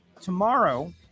Tomorrow